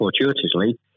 fortuitously